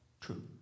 true